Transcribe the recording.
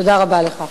תודה רבה לך.